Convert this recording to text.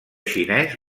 xinès